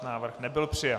Návrh nebyl přijat.